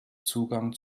zugang